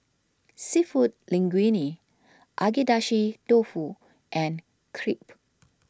Seafood Linguine Agedashi Dofu and Crepe